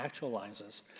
actualizes